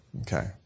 Okay